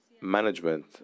management